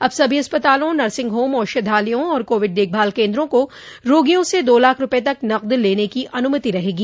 अब सभी अस्पतालों नर्सिंग होम औषधालयों और कोविड देखभाल केन्द्रों को रोगियों से दो लाख रूपये तक नकद लेने की अनुमति हागी